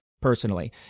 personally